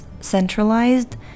centralized